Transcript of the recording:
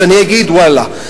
אז אני אגיד "ואללה",